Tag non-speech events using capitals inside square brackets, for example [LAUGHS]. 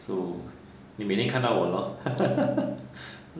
so 你每天看到我 loh [LAUGHS]